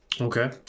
Okay